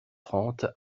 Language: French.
trente